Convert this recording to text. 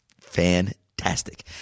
fantastic